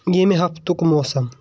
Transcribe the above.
ییٚمہِ ہَفتُک موسَم